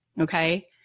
Okay